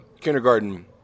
kindergarten